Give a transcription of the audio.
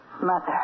Mother